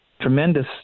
tremendous